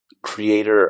creator